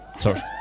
Sorry